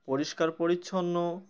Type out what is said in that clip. পরিষ্কার পরিচ্ছন্ন